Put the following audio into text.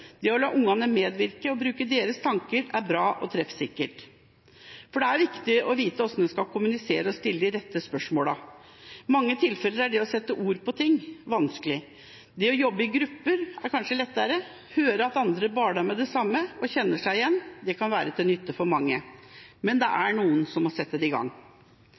Det å la barna medvirke og bruke deres tanker er bra og treffsikkert, for det er viktig å vite hvordan en skal kommunisere og stille de rette spørsmålene. I mange tilfeller er det å klare å sette ord på ting vanskelig, og det å jobbe i grupper er kanskje lettere. Det å høre at andre baler med det samme, eller kjenne seg igjen, kan være til nytte for mange. Men det er noen som må sette det i gang.